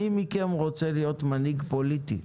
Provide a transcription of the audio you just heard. מי מכם רוצה להיות מנהיג פוליטי?